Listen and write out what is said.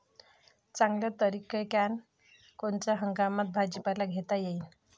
चांगल्या तरीक्यानं कोनच्या हंगामात भाजीपाला घेता येईन?